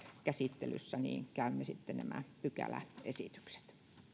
käsittelyssä käymme sitten nämä pykäläesitykset